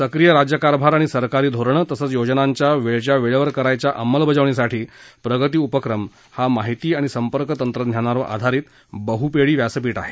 सक्रीय राज्यकारभार आणि सरकारी धोरणं तसंच योजनांच्या वेळच्या वेळेवर करायच्या अंमलबजावणीसाठी प्रगती उपक्रम हा माहिती आणि संपर्कतंत्रज्ञानावर आधारित बहुपेडी व्यासपीठ आहे